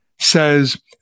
says